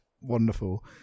wonderful